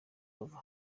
over